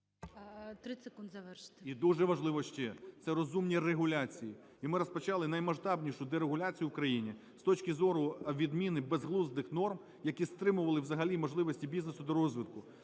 І дуже важливо ще – це розумні регуляції. І ми розпочалинаймасштабнішу дерегуляцію в країні з точки зору відміни безглуздих норм, які стримували взагалі можливості бізнесу до розвитку.